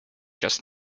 just